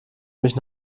mich